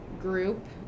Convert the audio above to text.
group